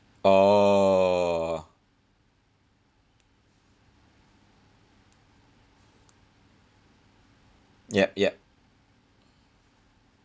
oh yep yep